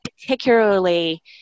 particularly